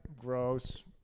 Gross